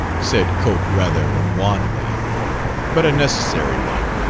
said cope, rather wanly but a necessary one.